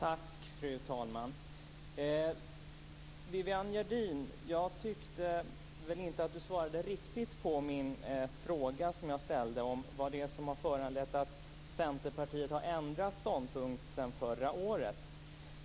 Fru talman! Jag tyckte inte att Viviann Gerdin riktigt svarade på den fråga som jag ställde om vad det är som har föranlett att Centerpartiet har ändrat ståndpunkt sedan förra året.